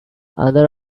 other